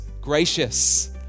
gracious